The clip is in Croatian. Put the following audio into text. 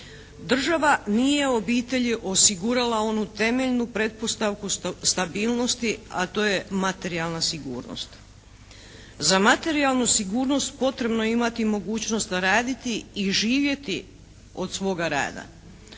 Država nije obitelji osigurala onu temeljnu pretpostavku stabilnosti, a to je materijalna sigurnost. Za materijalnu sigurnost potrebno je imati mogućnost raditi i živjeti od svoga rada.